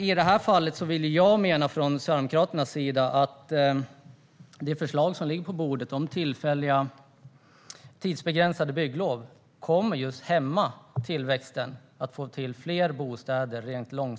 I detta fall menar vi från Sverigedemokraterna att det förslag som ligger på bordet om tillfälliga och tidsbegränsade bygglov långsiktigt kommer att hämma tillväxten av fler bostäder.